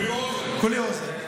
כולי אוזן.